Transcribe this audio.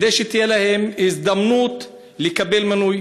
כדי שתהיה להם הזדמנות לקבל מינוי.